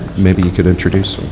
maybe you could introduce